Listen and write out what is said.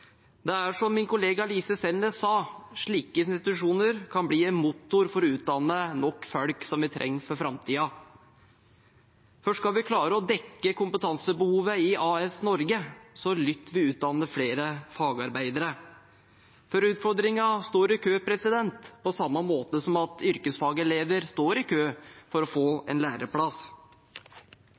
Det er som min kollega Lise Selnes sa, at slike institusjoner kan bli en motor for å utdanne nok folk som vi trenger for framtiden. Skal vi klare å dekke kompetansebehovet i AS Norge, må vi utdanne flere fagarbeidere. Utfordringene står i kø, på samme måte som yrkesfagelever står i kø for å få en læreplass.